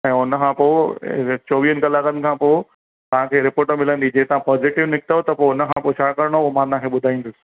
ऐं हुनखां पोइ चोवीहनि कलाकनि खां पोइ तव्हांखे रिपोर्ट मिलंदी जे तव्हां पॉज़िटिव निकितव त पोइ हुनखां पोइ छा करणो उहो मां तव्हांखे ॿुधाईंदुसि